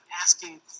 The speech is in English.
asking